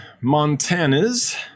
Montana's